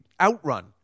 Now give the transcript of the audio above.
outrun